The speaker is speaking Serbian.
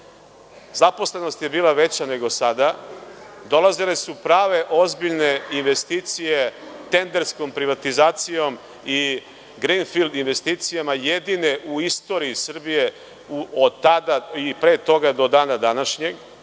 Zaposlenost je bila veća nego sada. Dolazile su prave, ozbiljne investicije tenderskom privatizacijom i grinfild investicijama, jedine u istoriji Srbije od tada i pre toga do dana današnjeg,